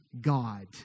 God